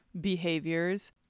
behaviors